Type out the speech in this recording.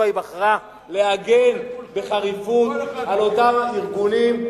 היא בחרה להגן בחריפות על אותם ארגונים,